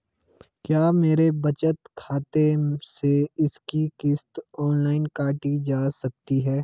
क्या मेरे बचत खाते से इसकी किश्त ऑनलाइन काटी जा सकती है?